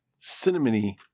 cinnamony